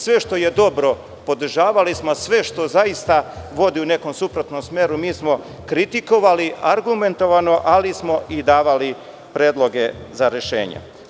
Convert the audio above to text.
Sve što je dobro podržavali smo, a sve što vodi u nekom suprotnom smeru smo kritikovali argumentovano, ali smo i davali predloge za rešenja.